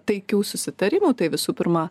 taikių susitarimų tai visų pirma